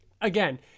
again